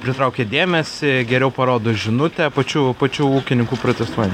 pritraukia dėmesį geriau parodo žinutę pačių pačių ūkininkų protestuoti